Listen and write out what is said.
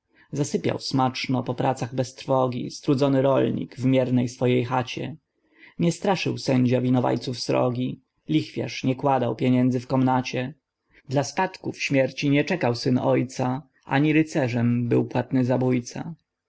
zasypiał smaczno po pracach bez trwogi strudzony rolnik w miernej swojej chacie nie straszył sędzia winowajców srogi lichwiarz nie kładał pieniędzy w komnacie dla spadków śmierci nie czekał syn ojca ani rycerzem był płatny zabojca